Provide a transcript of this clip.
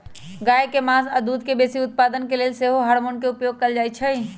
गाय के मास आऽ दूध के बेशी उत्पादन के लेल सेहो हार्मोन के उपयोग कएल जाइ छइ